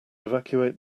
evacuate